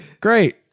great